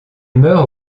meurt